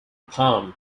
palm